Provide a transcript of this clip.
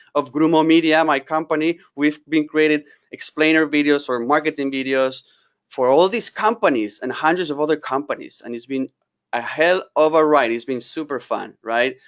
of grumo media, my company. we've been creating explainer videos or marketing videos for all these companies, and hundreds of other companies, and it's been a hell of ah ride. it's been super fun, right?